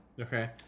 Okay